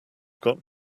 got